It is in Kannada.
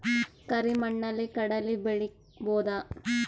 ಕರಿ ಮಣ್ಣಲಿ ಕಡಲಿ ಬೆಳಿ ಬೋದ?